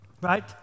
right